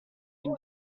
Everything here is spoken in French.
une